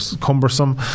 cumbersome